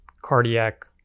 cardiac